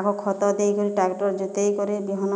ଆଗ ଖତ ଦେଇକରି ଟ୍ରାକ୍ଟର ଜୋତାଇକରି ବିହନ